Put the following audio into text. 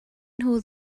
nhw